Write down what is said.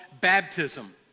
baptism